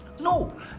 no